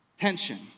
tension